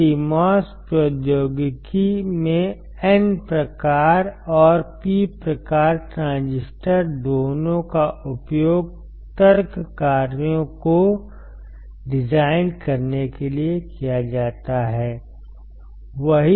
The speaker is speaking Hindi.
तो CMOS प्रौद्योगिकी में N प्रकार और P प्रकार ट्रांजिस्टर दोनों का उपयोग तर्क कार्यों को डिजाइन करने के लिए किया जाता है